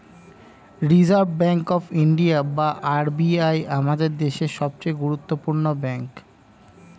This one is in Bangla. রিসার্ভ ব্যাঙ্ক অফ ইন্ডিয়া বা আর.বি.আই আমাদের দেশের সবচেয়ে গুরুত্বপূর্ণ ব্যাঙ্ক